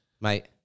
Mate